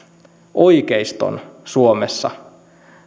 oikeiston suomessa